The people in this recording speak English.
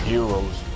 Heroes